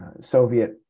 soviet